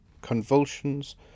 convulsions